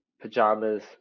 pajamas